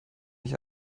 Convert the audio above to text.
mich